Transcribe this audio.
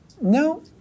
No